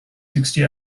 sixty